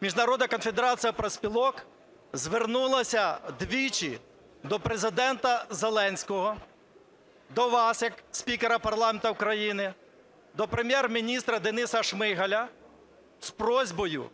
Міжнародна конфедерація профспілок звернулися двічі до Президента Зеленського, до вас як спікера парламенту України, до Прем'єр-міністра Дениса Шмигаля з просьбою